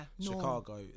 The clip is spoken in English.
Chicago